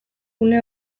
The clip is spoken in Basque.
une